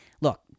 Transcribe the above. look